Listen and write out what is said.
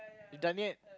you done yet